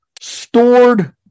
stored